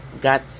Got